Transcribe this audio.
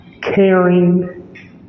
caring